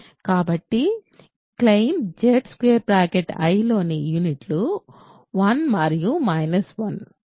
కాబట్టి claim Zi లోని యూనిట్లు 1 మైనస్ 1 i మైనస్ i